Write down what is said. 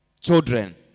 Children